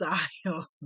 style